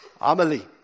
Amelie